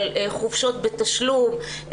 על חופשות בתשלום,